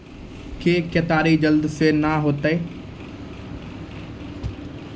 के केताड़ी जल्दी से के ना होते?